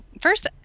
first